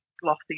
glossy